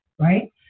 right